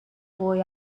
boy